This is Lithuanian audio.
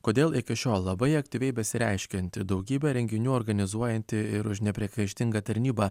kodėl iki šiol labai aktyviai besireiškianti daugybę renginių organizuojanti ir už nepriekaištingą tarnybą